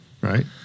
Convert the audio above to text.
Right